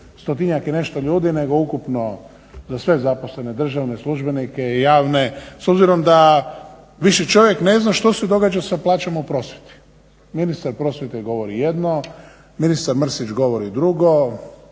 100-njak i nešto ljudi nego ukupno za sve zaposlene državne službenike i javne s obzirom da više čovjek ne zna što se događa sa plaćama u prosvjeti. Ministar prosvjete govori jedno, ministar Mrsić govori drugo,